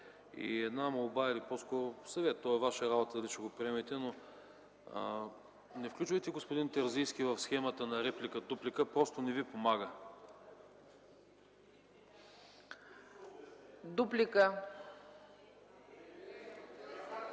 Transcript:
И една молба или по-скоро съвет имам, то е Ваша работа дали ще го приемете, но не включвайте господин Терзийски в схемата на реплика-дуплика, просто не Ви помага. РУМЕН